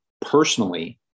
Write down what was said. personally